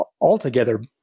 altogether